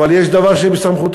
אבל יש דבר שבסמכותכם,